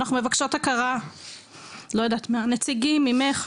אנחנו מבקשות הכרה מהנציגים, ממך.